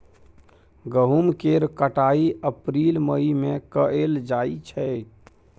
गहुम केर कटाई अप्रील मई में कएल जाइ छै